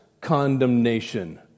condemnation